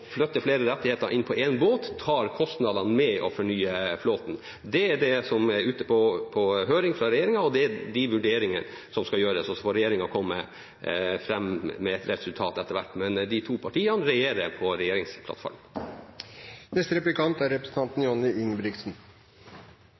flytte flere rettigheter over på én båt, tar kostnadene med å fornye flåten. Det er det som er ute på høring fra regjeringen, og det er de vurderingene som skal gjøres. Så får regjeringen komme fram til et resultat etter hvert. Men de to partiene regjerer på en regjeringsplattform. Vi har fått dokumentert at i vinter er